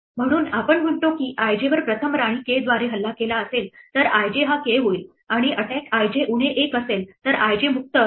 म्हणून आपण म्हणतो की i j वर प्रथम राणी k द्वारे हल्ला केला असेल तर i j हा k होईल आणि attack i j उणे एक असेल तर i j मुक्त असेल